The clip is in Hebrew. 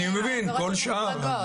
אני מבין, כל השאר.